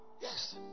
Yes